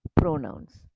pronouns